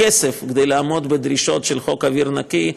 בכסף, כדי לעמוד בדרישות של חוק אוויר נקי,